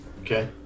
Okay